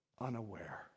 unaware